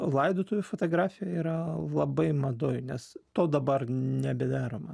laidotuvių fotografija yra labai madoj nes to dabar nebedaroma